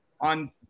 on